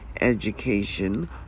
education